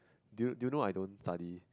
do do you know I don't study